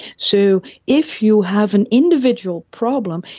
so if you have an individual problem,